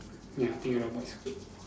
ya think robot is good